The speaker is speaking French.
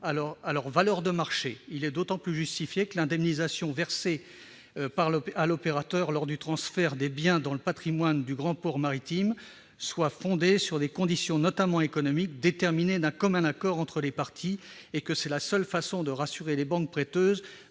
leur valeur de marché. Il est d'autant plus justifié que l'indemnisation versée à l'opérateur lors du transfert des biens dans le patrimoine du grand port maritime soit fondée sur des conditions, notamment économiques, déterminées d'un commun accord entre les parties : c'est le seul moyen de rassurer les banques prêteuses,